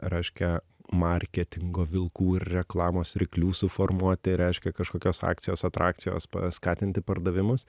reiškia marketingo vilkų ir reklamos ryklių suformuoti reiškia kažkokios akcijos atrakcijos paskatinti pardavimus